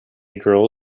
girl